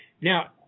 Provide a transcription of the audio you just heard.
now